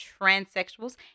transsexuals